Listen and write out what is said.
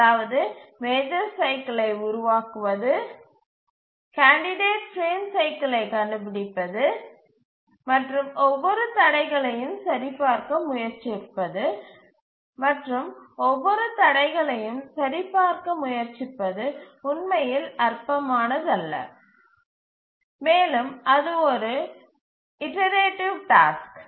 அதாவது மேஜர் சைக்கிலை உருவாக்குவது கேண்டிடேட் பிரேம் சைக்கிலை கண்டுபிடிப்பது மற்றும் ஒவ்வொரு தடைகளையும் சரிபார்க்க முயற்சிப்பது உண்மையில் அற்பமானதல்ல மேலும் அது ஒரு இடரேட்டிவ் டாஸ்க்